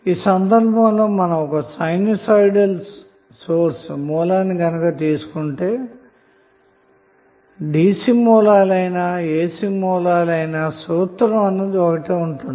ఈ సందర్భంలో మనం సినుసోయిడాల్ సోర్స్ తీసుకున్నప్పటికీ DC సోర్స్ లైనా గాని AC సోర్స్ లైనా గాని సూత్రం ఒకటే ఉంటుంది